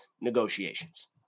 negotiations